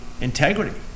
Integrity